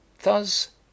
Thus